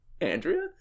Andrea